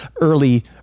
early